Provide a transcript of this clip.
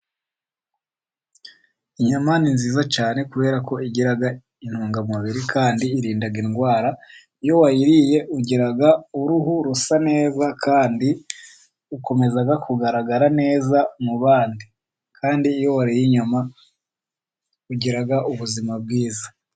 Inyama ni nziza cyane kubera ko igira intungamubiri kandi irinda indwara. Iyo wayiriye ugira uruhu rusa neza kandi ukomeza kugaragara neza mu bandi. Kandi iyo wariye inyama ugira ubuzima bwiza.